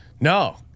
No